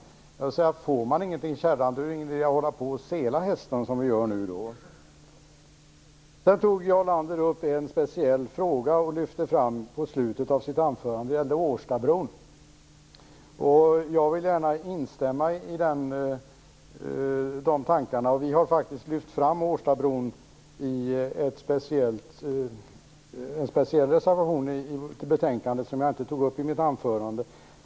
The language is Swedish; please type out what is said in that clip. Jag vill säga: Får man ingenting i kärran är det ingen idé att hålla på och sela hästen som vi gör nu. Sedan lyfte Jarl Lander fram en speciell fråga i slutet av sitt anförande. Det gällde Årstabron. Jag vill gärna instämma i de tankarna. Vi har faktiskt lyft fram Årstabron i en speciell reservation till betänkandet som jag inte tog upp i mitt anförande.